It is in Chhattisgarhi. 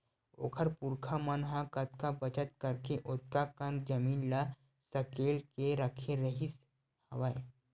ओखर पुरखा मन ह कतका बचत करके ओतका कन जमीन ल सकेल के रखे रिहिस हवय